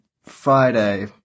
Friday